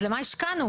אז למה השקענו?